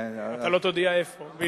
אתה לא תודיע איפה.